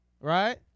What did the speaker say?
Right